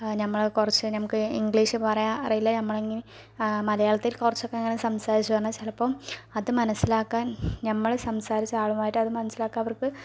നമ്മൾ കുറച്ച് നമുക്ക് ഇംഗ്ലീഷ് പറയാൻ അറിയില്ല നമ്മള് മലയാളത്തിൽ കുറച്ചൊക്കെ അങ്ങനെ സംസാരിച്ച്ന്നാ ചിലപ്പം അത് മനസ്സിലാക്കാൻ നമ്മള് സംസാരിച്ചാളുമായിട്ട് അത് മനസ്സിലാക്കാൻ അവർക്ക്